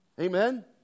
Amen